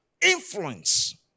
influence